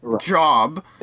job